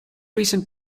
recent